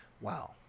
wow